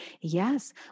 Yes